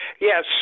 Yes